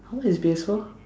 how much is P_S four